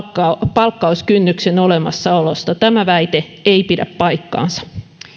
palkkauskynnyksen olemassaolosta tämä väite ei pidä paikkaansa